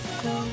go